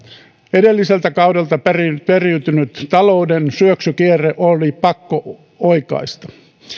edelliseltä kaudelta periytynyt talouden syöksykierre oli pakko oikaista